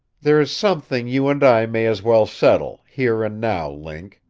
there is something you and i may as well settle, here and now, link,